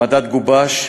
המדד גובש,